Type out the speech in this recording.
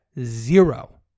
zero